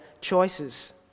choices